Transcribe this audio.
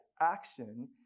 action